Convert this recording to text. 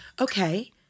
Okay